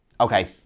Okay